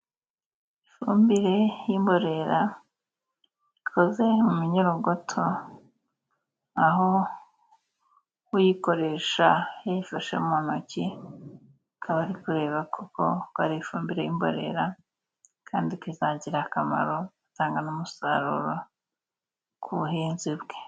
Ifumbire y'imborera ikoze mu minyorogoto, aho uyikoresha ayifashe mu ntoki akaba ari kureba ko koko ari ifumbire y'imborera kandi izagirira akamaro igatanga n'umusaruro ku buhinzi bwe.